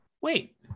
Wait